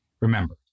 Remember